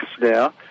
now